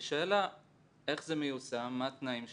בשאלה איך זה מיושם, מה התנאים שלכם,